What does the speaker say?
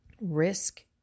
risk